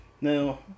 Now